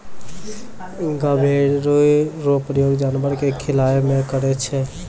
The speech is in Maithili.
गभोरी रो प्रयोग जानवर के खिलाय मे करै छै